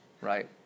right